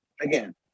again